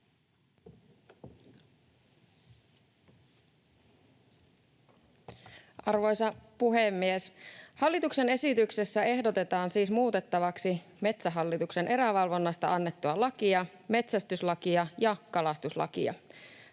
Arvoisa puhemies! Hallituksen esityksessä ehdotetaan siis muutettavaksi Metsähallituksen erävalvonnasta annettua lakia, metsästyslakia ja kalastuslakia.